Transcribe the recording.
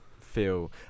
feel